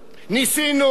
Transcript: ניסינו,